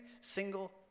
single